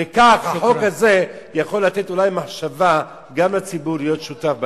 וכך החוק הזה יכול לתת אולי מחשבה גם לציבור להיות שותף לעניין.